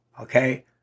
Okay